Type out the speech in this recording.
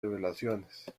relaciones